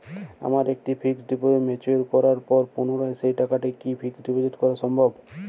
আমার একটি fixed deposit mature করার পর পুনরায় সেই টাকাটিকে কি ফিক্সড করা সম্ভব?